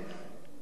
את הטון,